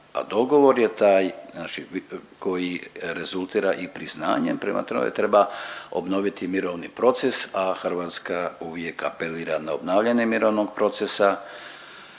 al dogovor je taj znači koji rezultira i priznanjem, prema tome treba obnoviti mirovni proces, a Hrvatska uvijek apelira na obnavljanje mirovnog procesa